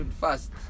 fast